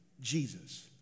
Jesus